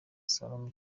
salma